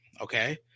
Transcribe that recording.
okay